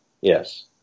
yes